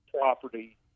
property